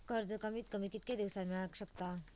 कर्ज कमीत कमी कितक्या दिवसात मेलक शकता?